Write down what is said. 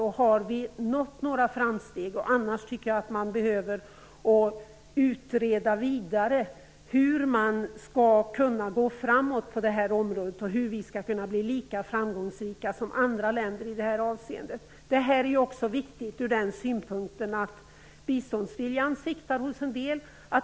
Har vi nått några framsteg? Annars tycker jag att man behöver utreda vidare hur vi skall kunna gå framåt på detta område och hur vi skall kunna bli lika framgångsrika som andra länder i detta avseende. Det är också viktigt ur den synpunkten att biståndsviljan sviktar hos en del.